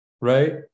Right